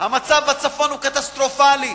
המצב בצפון הוא קטסטרופלי,